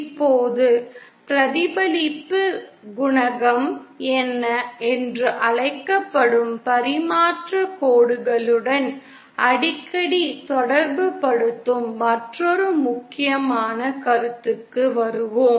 இப்போது பிரதிபலிப்பு குணகம் என்று அழைக்கப்படும் பரிமாற்றக் கோடுகளுடன் அடிக்கடி தொடர்புபடுத்தும் மற்றொரு முக்கியமான கருத்துக்கு வருவோம்